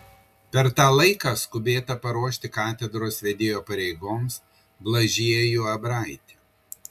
per tą laiką skubėta paruošti katedros vedėjo pareigoms blažiejų abraitį